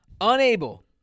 unable